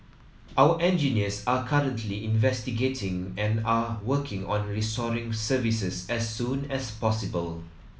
our engineers are currently investigating and are working on restoring services as soon as possible